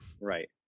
right